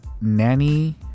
Nanny